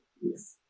Yes